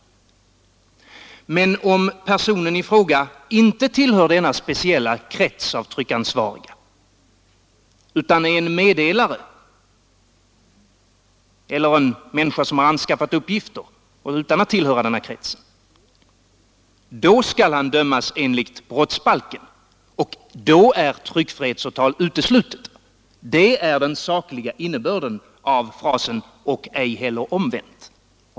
Men om personen i fråga inte tillhör denna speciella krets av tryckansvariga utan är en meddelare eller en person som anskaffat uppgifter utan att tillhöra den här kretsen, då skall han dömas enligt brottsbalken och då är tryckfrihetsåtal uteslutet. Det är den sakliga innebörden i frasen ”och ej heller omvänt”.